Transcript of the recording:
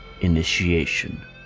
Initiation